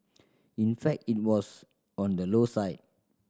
in fact it was on the low side